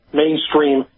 mainstream